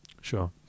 Sure